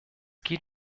geht